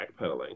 backpedaling